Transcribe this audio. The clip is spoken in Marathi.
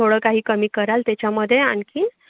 थोडं काही कमी कराल त्याच्यामध्ये आणखीन